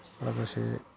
लोगोसे